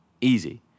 easy